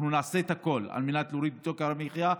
אנחנו נעשה את הכול על מנת להוריד את יוקר המחיה.